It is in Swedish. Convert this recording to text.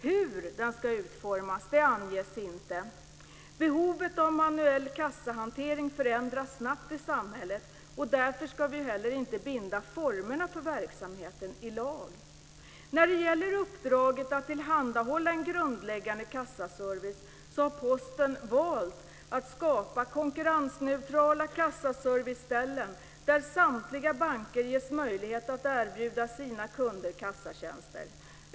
Hur den ska utformas anges inte. Behovet av manuell kassahantering förändras snabbt i samhället. Därför ska vi inte heller binda formerna för verksamheten i lag. När det gäller uppdraget att tillhandahålla en grundläggande kassaservice har Posten valt att skapa konkurrensneutrala kassaserviceställen där samtliga banker ges möjlighet att erbjuda sina kunder kassatjänster.